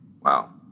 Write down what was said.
Wow